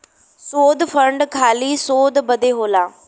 शोध फंड खाली शोध बदे होला